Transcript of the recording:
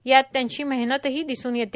यात त्यांची मेहनतही दिसून येते